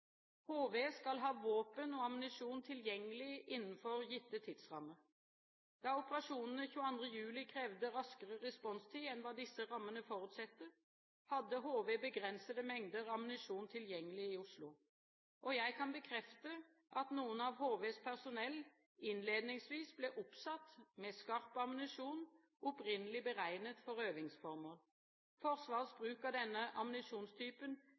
HV skal ha våpen og ammunisjon tilgjengelig innenfor gitte tidsrammer. Da operasjonene 22. juli krevde raskere responstid enn hva disse rammene forutsetter, hadde HV begrensede mengder ammunisjon tilgjengelig i Oslo. Jeg kan bekrefte at noen av HVs personell innledningsvis ble oppsatt med skarp ammunisjon opprinnelig beregnet for øvingsformål. Forsvarets bruk av denne ammunisjonstypen